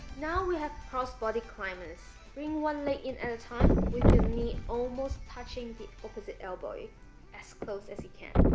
now we have cross body climbers bring one leg in at a time with your knee almost touching the opposite elbow as close as you can